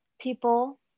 people